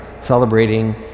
celebrating